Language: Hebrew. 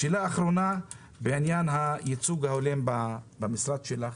שאלה אחרונה בעניין הייצוג ההולם במשרד שלך,